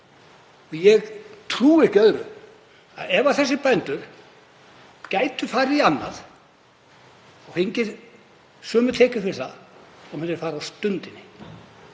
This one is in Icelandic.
Ég trúi ekki öðru en að ef þessir bændur gætu farið í annað og fengið sömu tekjur fyrir það myndu þeir fara á stundinni.